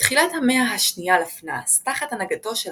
בתחילת המאה ה-2 לפנה"ס תחת הנהגתו של